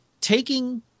Taking